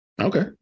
Okay